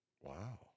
wow